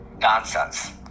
nonsense